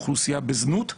אוכלוסייה בזנות.